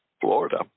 Florida